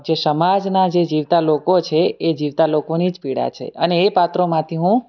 જે સમાજના જે જીવતા લોકો છે એ જીવતા લોકોની જ પીડા છે અને એ પાત્રોમાંથી હું